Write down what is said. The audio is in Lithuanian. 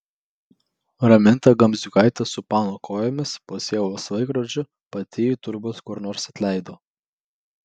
raminta gamziukaitė su pano kojomis po sielos laikrodžiu pati jį turbūt kur nors atleido